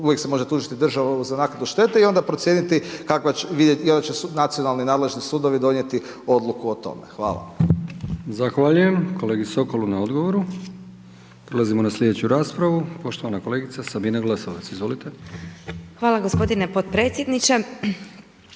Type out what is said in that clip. uvijek se može tužiti državu za naknadu štete i onda procijeniti i onda će nacionalni nadležni sudovi donijeti odluku o tome. Hvala. **Brkić, Milijan (HDZ)** Zahvaljujem kolegi Sokolu na odgovoru. Prelazimo na sljedeću raspravu. Poštovana kolegica Sabina Glasovac, izvolite. **Glasovac, Sabina